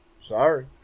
sorry